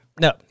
no